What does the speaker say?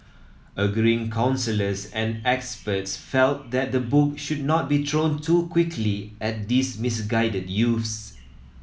agreeing counsellors and experts felt that the book should not be thrown too quickly at these misguided youths